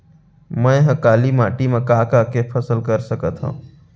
मै ह काली माटी मा का का के फसल कर सकत हव?